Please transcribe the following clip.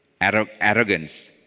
arrogance